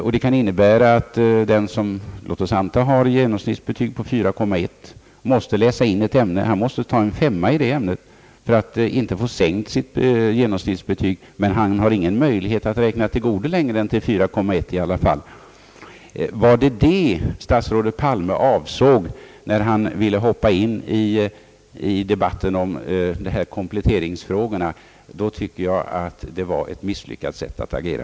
Detta kan innebära att den som har låt oss säga ett genomsnittsbetyg på 4,1 och vill läsa in ytterligare ett ämne måste ta en 5:a i det ämnet för att inte få genomsnittsbetyget sänkt, men han har ingen möjlighet att tillgodoräkna sig mer än 4,1 i alla fall. Var det detta statsrådet Palme avsåg när han ville hoppa in i debatten rörande kompletteringsfrågorna, så tycker jag att det var ett misslyckat sätt att agera.